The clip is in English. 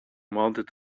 mounted